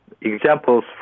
examples